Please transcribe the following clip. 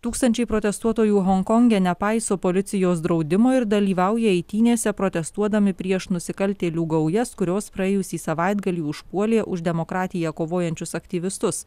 tūkstančiai protestuotojų honkonge nepaiso policijos draudimo ir dalyvauja eitynėse protestuodami prieš nusikaltėlių gaujas kurios praėjusį savaitgalį užpuolė už demokratiją kovojančius aktyvistus